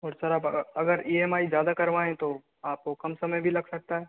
और सर अगर आप ई एम आई ज़्यादा करवाए तो आपको कम समय भी लग सकता है